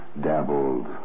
dabbled